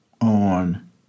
on